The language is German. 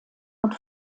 und